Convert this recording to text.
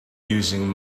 using